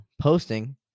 posting